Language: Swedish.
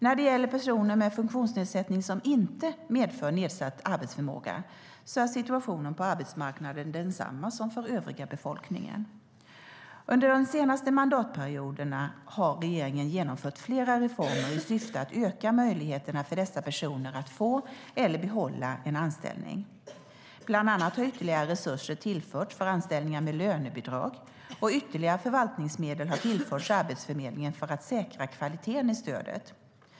När det gäller personer med en funktionsnedsättning som inte medför nedsatt arbetsförmåga är situationen på arbetsmarknaden densamma som för övriga befolkningen. Under de senaste mandatperioderna har regeringen genomfört flera reformer i syfte att öka möjligheterna för dessa personer att få eller behålla en anställning. Bland annat har ytterligare resurser tillförts för anställningar med lönebidrag, och ytterligare förvaltningsmedel har tillförts Arbetsförmedlingen för att säkra kvaliteten i stödet.